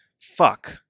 fuck